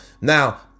Now